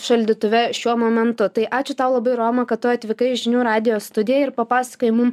šaldytuve šiuo momentu tai ačiū tau labai roma kad tu atvykai į žinių radijo studiją ir papasakojai mum